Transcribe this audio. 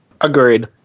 Agreed